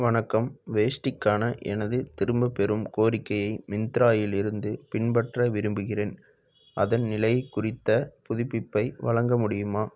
வணக்கம் வேஷ்டிக்கான எனது திரும்பப்பெறும் கோரிக்கையை மிந்த்ராவில் இருந்து பின்பற்ற விரும்புகிறேன் அதன் நிலைக் குறித்த புதுப்பிப்பை வழங்க முடியுமா